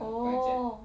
oh